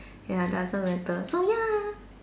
ya doesn't matter so ya